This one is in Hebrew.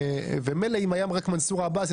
מילא אם היה רק מנסור עבאס,